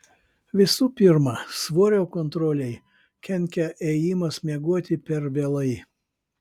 visų pirma svorio kontrolei kenkia ėjimas miegoti per vėlai